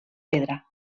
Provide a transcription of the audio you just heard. pedra